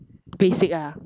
basic ah